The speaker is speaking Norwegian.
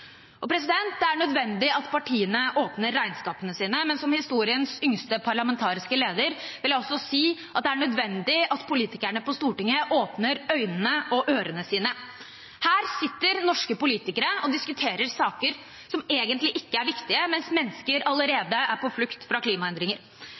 Det er nødvendig at partiene åpner regnskapene sine, men som historiens yngste parlamentariske leder vil jeg også si at det er nødvendig at politikerne på Stortinget åpner øynene og ørene sine. Her sitter norske politikere og diskuterer saker som egentlig ikke er viktige, mens mennesker